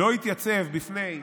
לא יתייצב בפני הוועדה,